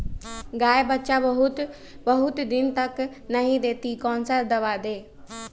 गाय बच्चा बहुत बहुत दिन तक नहीं देती कौन सा दवा दे?